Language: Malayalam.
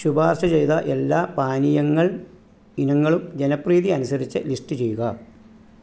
ശുപാർശ ചെയ്ത എല്ലാ പാനീയങ്ങൾ ഇനങ്ങളും ജനപ്രീതി അനുസരിച്ച് ലിസ്റ്റ് ചെയ്യുക